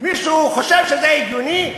מישהו חושב שזה הגיוני?